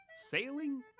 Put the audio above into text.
Sailing